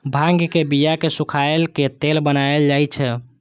भांगक बिया कें सुखाए के तेल बनाएल जाइ छै